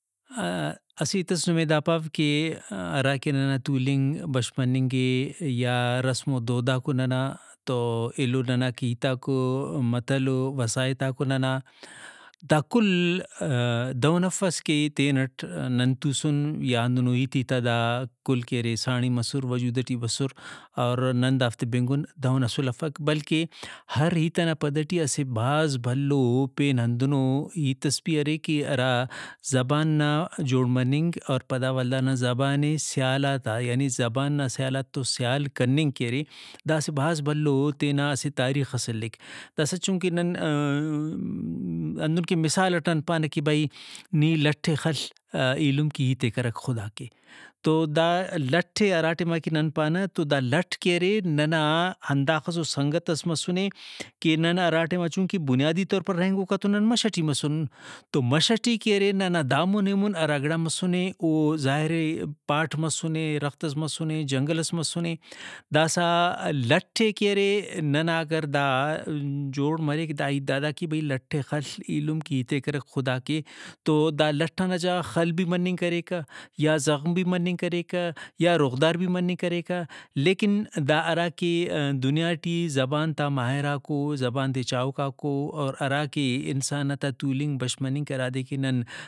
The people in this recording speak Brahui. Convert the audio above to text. اسہ ہیتس نمے دا پاو کہ ہرا کہ ننا تولنگ بش مننگ اے یا رسم ؤ دوداکو ننا تو ایلو ننا کہ ہیتاکو متل ؤ وساہتاکو ننا دا کل دہن افس کہ تینٹ نن توسن یا ہندن ہیت ہیتا کل کہ ارے ساڑی مسر وجود ٹی بسر اور نن دافتے بنگُن دہن اسل افک بلکہ ہر ہیت ئنا پد ٹی اسہ بھاز بھلو پین ہندنو ہیتس بھی ارے کہ ہرا زبان نا جوڑ مننگ اور پدا ولدانا زبانے سیالاتا یعنی زبان نا سیالاتو سیال کننگ کہ ارے دا اسہ بھاز بھلو تینا اسہ تاریخس الک۔ داسہ چونکہ نن ہندن کہ مثال اٹ نن پانہ کہ بھئی نی لٹ ئے خل ایلم کے ہیتے کرک خدا کے تو دا لٹ ئے ہرا ٹائما کہ نن پانہ تو دا لٹ کہ ارے ننا ہنداخسو سنگت ئس مسنے کہ نن ہراٹائما چونکہ بنیادی طور پر رہینگوکاتو نن مش ٹی مسنن تو مش ٹی کہ ارے ننا دامون ایمون ہرا گڑا مسنے او ظاہرے پاٹ مسنے درخت ئس مسنے جنگل ئس مسنے داسہ لٹ ئے کہ ارے ننا اگر دا جوڑ مریک دا ہیتا داڑا کہ بھئی لٹ ئے خل ایلم کے ہیت ئے کرک خدا کے تو لٹ ئنا جاگہ غا خل بھی مننگ کریکہ یا زغم بھی مننگ کریکہ یا روغدار بھی مننگ کریکہ لیکن دا ہرا کہ دنیا ٹی زبان تا ماہراکو زبان تے چاہوکاکو اور ہراکہ انساناتا تولنگ بش مننگ ہرادے کہ نن